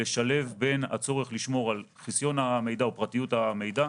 לשלב בין הצורך לשמור על חיסיון או פרטיות המידע,